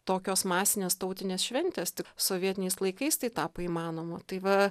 tokios masinės tautinės šventės tik sovietiniais laikais tai tapo įmanoma tai va